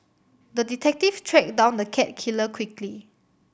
the detective tracked down the cat killer quickly